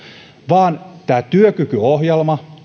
vaan on tämä työkykyohjelma